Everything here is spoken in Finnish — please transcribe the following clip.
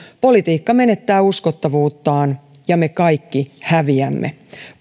politiikka menettää uskottavuuttaan ja me kaikki häviämme